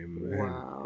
Wow